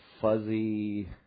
fuzzy